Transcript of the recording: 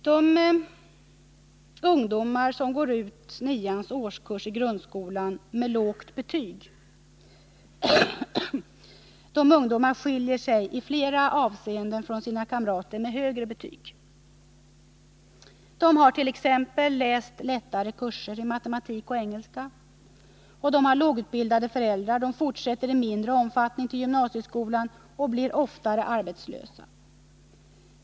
De ungdomar som går ut årskurs 9 i grundskolan med låga betyg skiljer sig i flera avseenden från sina kamrater med högre betyg. De har t.ex. läst lättare kurser i matematik och engelska, de har lågutbildade föräldrar, de fortsätter i mindre omfattning till gymnasieskolan och de blir oftare arbetslösa.